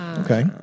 Okay